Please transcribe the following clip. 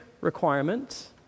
requirement